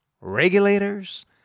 regulators